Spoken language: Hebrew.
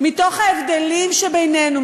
מתוך ההבדלים שבינינו,